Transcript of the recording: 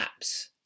Apps